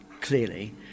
clearly